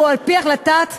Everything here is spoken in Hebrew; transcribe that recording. והוא על-פי החלטת הממשלה,